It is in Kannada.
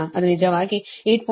ಅದು ನಿಜವಾಗಿ 8